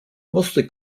mostly